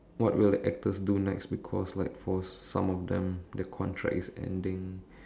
what will the actors do next because like for some of them their contract is ending